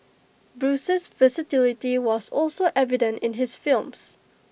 Bruce's versatility was also evident in his films